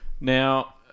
Now